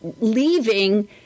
leaving